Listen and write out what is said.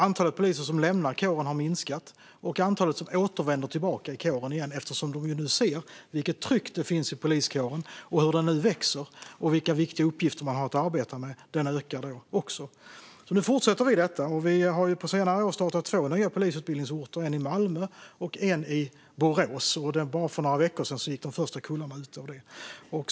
Antalet poliser som lämnar kåren har minskat, och antalet som återvänder till kåren igen, eftersom de ser vilket tryck det finns i poliskåren, hur den nu växer och vilka viktiga uppgifter man har att arbeta med, ökar. Nu fortsätter vi detta. Vi har på senare år startat polisutbildning på två nya orter, Malmö och Borås. För bara några veckor sedan gick de första kullarna ut därifrån.